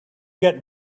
get